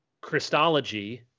Christology